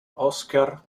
oscar